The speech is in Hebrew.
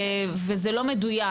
וזה לא מדויק,